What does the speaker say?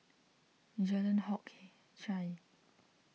Jalan Hock Chye